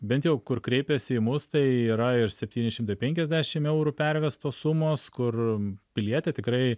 bent jau kur kreipėsi į mus tai yra ir septyni šimtai penkiasdešim eurų pervestos sumos kur pilietė tikrai